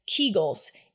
Kegels